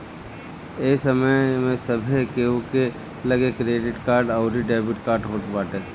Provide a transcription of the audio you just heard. ए समय में सभे केहू के लगे क्रेडिट कार्ड अउरी डेबिट कार्ड होत बाटे